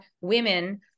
women